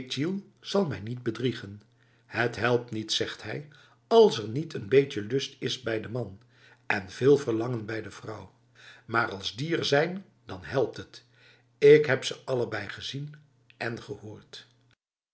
zal mij niet bedriegen het helpt niet zegt hij als er niet een beetje lust is bij de man en veel verlangen bij de vrouw maar als die er zijn dan helpt het ik heb ze allebei gezien en gehoord